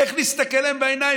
איך נסתכל להם בעיניים?